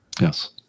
Yes